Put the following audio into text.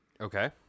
Okay